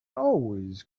always